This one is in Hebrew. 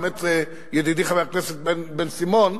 באמת, ידידי חבר הכנסת בן-סימון,